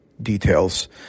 Details